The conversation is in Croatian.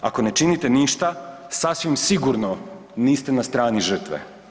Ako ne činite ništa sasvim sigurno niste na strani žrtve.